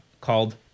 called